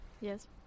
Yes